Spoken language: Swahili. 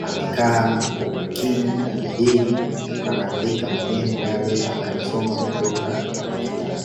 amekaa na kwa umakini na bidii anaandika maneno yale anayosoma kutoka kwenye kitabu.